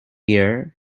year